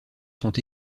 sont